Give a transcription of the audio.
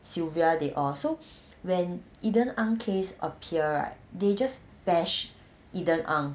sylvia they also when eden ang case appear right they just bash eden ang